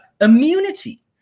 immunity